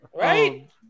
Right